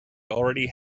already